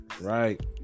Right